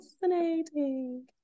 fascinating